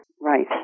Right